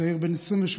צעיר בן 28,